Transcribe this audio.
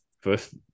first